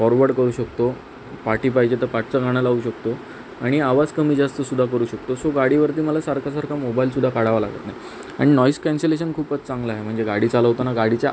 forward करू शकतो पाठी पाहिजे तर पाठचं गाणं लावू शकतो आणि आवाज कमीजास्तसुद्धा करू शकतो सो गाडीवरती मला सारखा सारखा मोबाईलसुद्धा काढावा लागत नाही आणि नॉईज कॅन्सलेशन खूपच चांगलं आहे म्हणजे गाडी चालवताना गाडीच्या